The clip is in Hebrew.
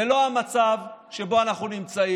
זה לא המצב שבו אנחנו נמצאים,